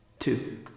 Two